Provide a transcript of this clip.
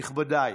נכבדיי,